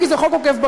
כי זה חוק עוקף-בג"ץ.